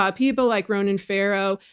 ah people like ronan farrow,